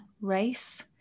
race